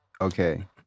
okay